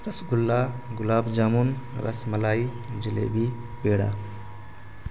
رس گلا گلاب جامن رس ملائی جلیبی پیڑا